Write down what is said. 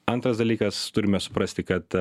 antras dalykas turime suprasti kad